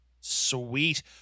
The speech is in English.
Sweet